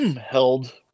held